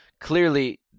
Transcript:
clearly